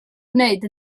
wneud